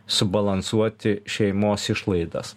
subalansuoti šeimos išlaidas